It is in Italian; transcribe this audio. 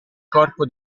corpo